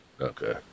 Okay